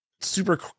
super